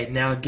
now